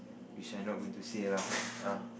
which I'm not going to say lah ah